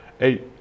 eight